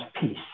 peace